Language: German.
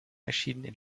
erschienen